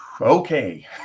Okay